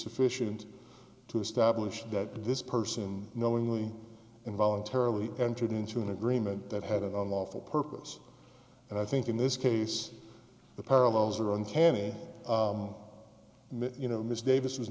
sufficient to establish that this person knowingly and voluntarily entered into an agreement that had a lawful purpose and i thing in this case the parallels are uncanny you know ms davis was